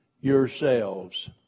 yourselves